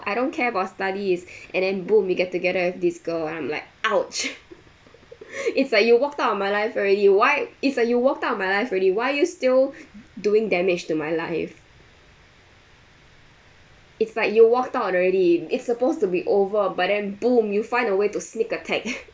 I don't care about studies and then boom he get together with this girl I'm like !ouch! it's like you walked out of my life already why it's like you walked out of my life already why're you still doing damage to my life it's like you walked out already it's supposed to be over but then boom you find a way to sneak attack